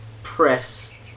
press